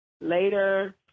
Later